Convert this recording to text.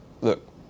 look